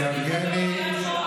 אולי תתרגם לי?